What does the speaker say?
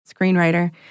screenwriter